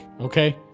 Okay